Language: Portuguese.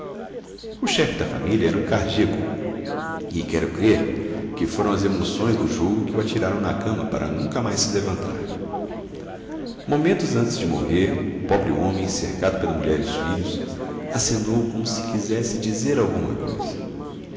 o chefe da família era um cardíaco e quero crer que foram as emoções do jogo que o atiraram na cama para nunca mais se levantar momentos antes de morrer o pobre homem cercado pela mulher e os filhos acenou como se quisesse dizer alguma coisa